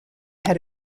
had